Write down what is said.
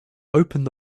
opened